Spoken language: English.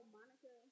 Monica